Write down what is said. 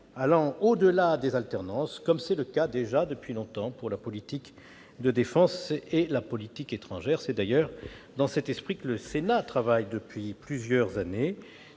durable, au-delà des alternances, comme c'est déjà le cas depuis longtemps pour la politique de défense et la politique étrangère. C'est d'ailleurs dans cet esprit que le Sénat travaille depuis plusieurs années.